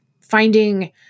finding